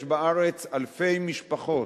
יש בארץ אלפי משפחות,